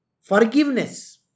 Forgiveness